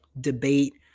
debate